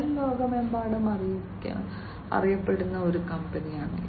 shell ലോകമെമ്പാടും അറിയപ്പെടുന്ന ഒരു കമ്പനിയാണ്